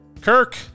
kirk